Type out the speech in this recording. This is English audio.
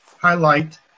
highlight